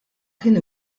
kien